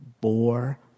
bore